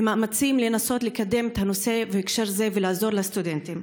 במאמצים לנסות לקדם את הנושא בהקשר זה ולעזור לסטודנטים.